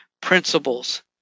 principles